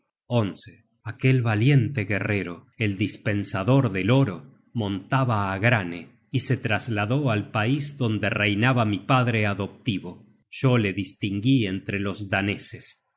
caballo aquel valiente guerrero el dispensador del oro montaba á granne y se trasladó al pais donde reinaba mi padre adoptivo yo le distinguí entre los daneses que